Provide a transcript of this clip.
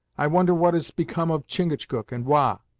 i wonder what has become of chingachgook and wah!